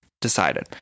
decided